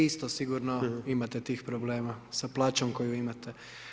Vi isto sigurno imate tih problema sa plaćom koju imate.